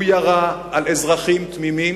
הוא ירה על אזרחים תמימים